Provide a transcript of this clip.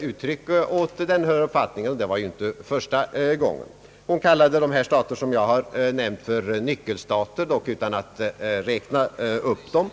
uttryck åt den uppfattningen — och det var ju inte första gången. Hon kallade de stater som jag har nämnt för nyckelstater, dock utan att räkna upp dem.